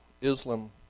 Islam